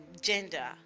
gender